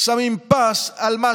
שמים פס על הבריאות של עם ישראל,